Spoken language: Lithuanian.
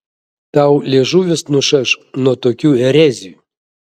tau liežuvis nušaš nuo tokių erezijų